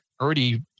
already